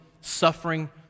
suffering